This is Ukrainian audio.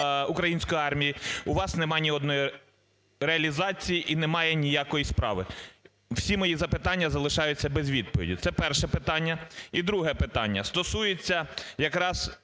української армії. У вас немає ні одної реалізації і немає ніякої справи. Всі мої запитання залишаються без відповіді – це перше питання. І друге питання. Стосується якраз